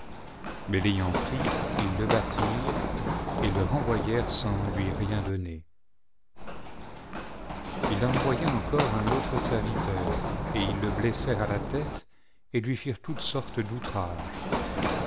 mais l'ayant pris ils le battirent et le renvoyèrent sans lui ri n donner il leur envoya encore un autre serviteur et ils le blessèrent à la tête et lui firent toutes sortes d'outrages